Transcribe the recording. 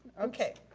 okay.